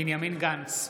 בנימין גנץ,